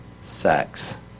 sex